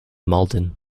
mauldin